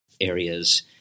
areas